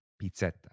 pizza